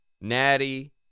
Natty